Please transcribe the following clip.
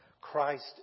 Christ